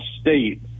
State